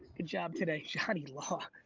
good job today. jonny law.